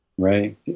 right